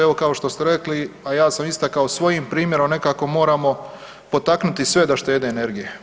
Evo kao što ste rekli, a ja sam istakao svojim primjerom, nekako moramo potaknuti sve da štete energije.